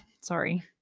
sorry